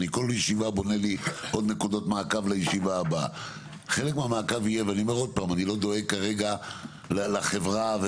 ואני אומר עוד פעם אני לא דואג לחברה,